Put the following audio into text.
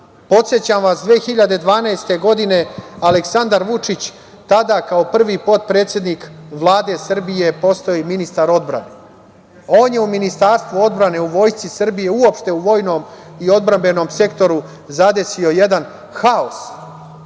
Podsećam vas 2012. godine Aleksandar Vučić tada, kao prvi potpredsednik Vlade Srbije, je postao i ministar odbrane. On je u Ministarstvu odbrane, u Vojsci Srbije, uopšte u vojnom i odbrambenom sektoru zadesio jedan haos